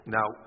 Now